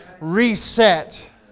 reset